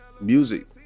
music